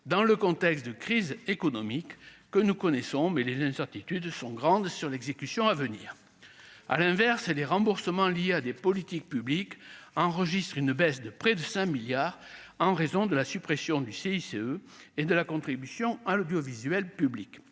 dans le contexte de crise économique que nous connaissons mais les incertitudes sont grandes sur l'exécution à venir, à l'inverse, et les remboursements liés à des politiques publiques enregistrent une baisse de près de 5 milliards en raison de la suppression du CICE et de la contribution à l'audiovisuel public